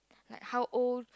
like how old